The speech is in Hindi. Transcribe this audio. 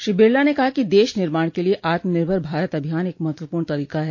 श्री बिरला ने कहा कि देश निर्माण के लिये आत्मनिर्भर भारत अभियान एक महत्वपूर्ण तरीका है